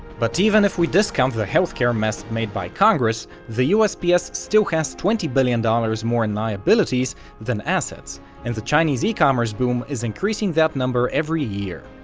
but even if we discount the healthcare mess made by congress, the usps still has twenty billion dollars more in liabilities than assets and the chinese e-commerce boom is increasing that number every year.